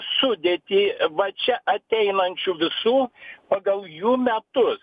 sudėtį va čia ateinančių visų pagal jų metu